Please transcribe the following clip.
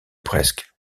presque